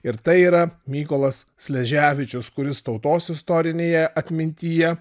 ir tai yra mykolas sleževičius kuris tautos istorinėje atmintyje